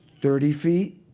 thirty feet,